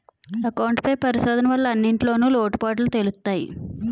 account పై పరిశోధన వల్ల అన్నింటిన్లో లోటుపాటులు తెలుత్తయి